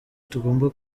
tugomba